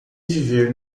viver